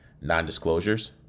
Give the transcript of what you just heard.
Non-disclosures